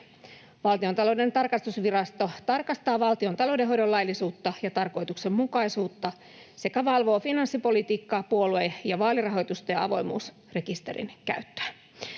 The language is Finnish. Valtiontalouden tarkastusvirasto tarkastaa valtion taloudenhoidon laillisuutta ja tarkoituksenmukaisuutta sekä valvoo finanssipolitiikkaa, puolue‑ ja vaalirahoitusta ja avoimuusrekisterin käyttöä.